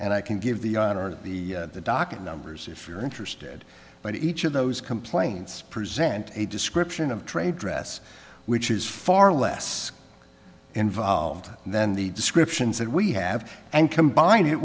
and i can give the the docket numbers if you're interested but each of those complaints present a description of trade dress which is far less involved and then the descriptions that we have and combine it